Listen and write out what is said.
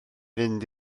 fynd